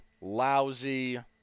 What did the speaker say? lousy